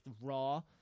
raw